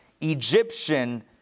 Egyptian